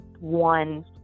one